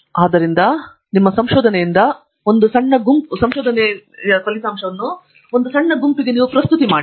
ಆದ್ದರಿಂದ ನಿಮ್ಮ ಸಂಶೋಧನೆಯಿಂದ ನಿಮಗೆ ಗೊತ್ತಾ ಸಣ್ಣ ಗುಂಪು ಪ್ರಸ್ತುತಿ ಮಾಡಿ